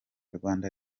rwanda